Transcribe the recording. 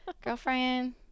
girlfriend